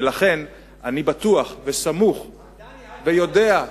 לכן אני בטוח וסמוך ויודע,